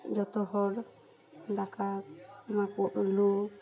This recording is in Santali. ᱡᱚᱛᱚ ᱦᱚᱲ ᱫᱟᱠᱟ ᱱᱚᱣᱟ ᱠᱚ ᱞᱩ